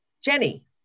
Jenny